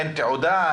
אין תעודה?